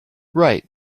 right